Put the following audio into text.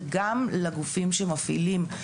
וגם לגופים שמפעילים.